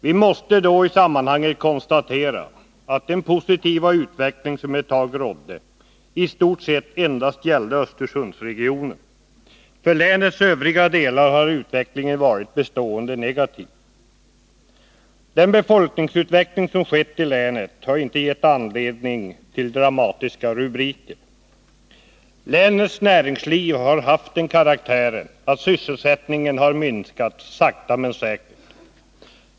Man måste då i sammanhanget konstatera, att den positiva utveckling som ett tag rådde i stort sett endast gällde Östersundsregionen. För länets övriga delar har utvecklingen varit bestående negativ. Den befolkningsutveckling som skett i länet har inte gett anledning till dramatiska rubriker. Länets näringsliv har haft den karaktären att sysselsättningen har minskat sakta men säkert.